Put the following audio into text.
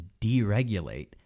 deregulate